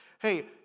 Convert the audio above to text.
Hey